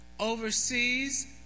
Overseas